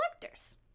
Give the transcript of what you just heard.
collectors